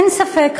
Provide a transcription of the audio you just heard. אין ספק,